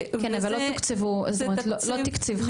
זה תקציב מתחדש.